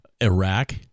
Iraq